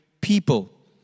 people